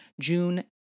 June